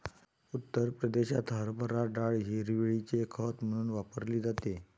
उत्तर प्रदेशात हरभरा डाळ हिरवळीचे खत म्हणून वापरली जाते